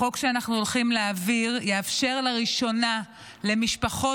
החוק שאנחנו הולכים להעביר יאפשר לראשונה למשפחות